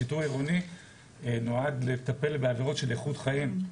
שיטור עירוני נועד לטפל בעבירות של איכות חיים,